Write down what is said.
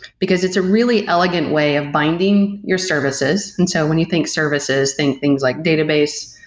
because it's a really elegant way of binding your services. and so when you think services, think things like database,